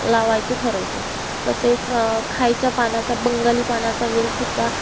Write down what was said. लावायचे ठरवते तसेच खायच्या पानाचा बंगाली पानाचा वेलसुद्धा